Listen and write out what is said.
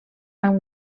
amb